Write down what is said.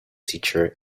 teacher